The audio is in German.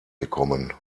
gekommen